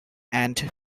and